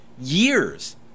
years